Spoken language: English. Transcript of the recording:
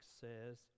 says